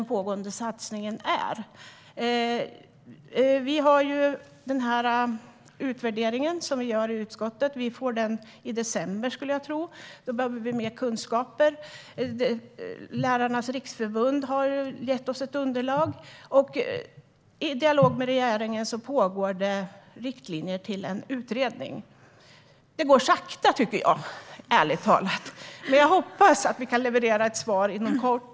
Utskottet gör en utvärdering. Den läggs fram i december. Vi behöver mer kunskaper. Lärarnas Riksförbund har gett oss ett underlag. I dialog med regeringen pågår arbetet med riktlinjer till en utredning. Det går sakta, ärligt talat! Men jag hoppas att vi kan leverera ett svar inom kort.